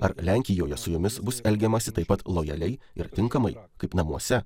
ar lenkijoje su jumis bus elgiamasi taip pat lojaliai ir tinkamai kaip namuose